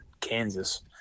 Kansas